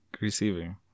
receiving